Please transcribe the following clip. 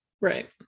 Right